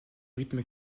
rythme